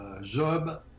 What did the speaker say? Job